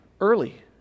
early